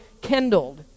kindled